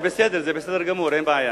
זה בסדר גמור, אין בעיה.